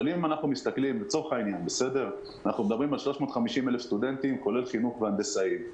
לצורך העניין אנחנו מדברים על 350,000 סטודנטים כולל חינוך והנדסאים,